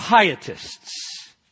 Pietists